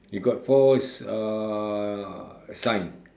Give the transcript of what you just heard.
you got four s~ uh sign